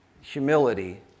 humility